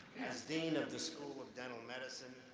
as dean of the school of dental medicine,